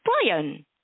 Brian